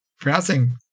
pronouncing